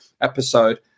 episode